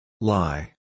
Lie